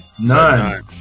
None